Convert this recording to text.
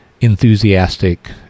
enthusiastic